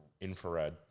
infrared